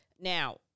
now